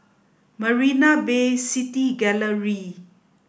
Marina Bay City Gallery